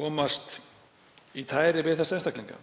komast í tæri við umrædda einstaklinga.